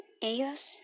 ellos